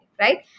right